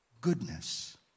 goodness